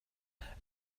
and